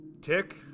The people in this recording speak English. Tick